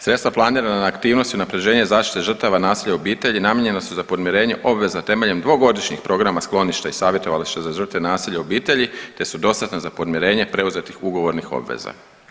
Sredstva planirana na aktivnosti unapređenje zaštite žrtava nasilja u obitelji namijenjena su za podmirenje obvezno temeljem dvogodišnjih programa skloništa i savjetovališta za žrtve nasilja u obitelji te su dostatna za podmirenje preuzetih ugovornih obveza.